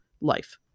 life